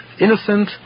innocent